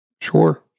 Sure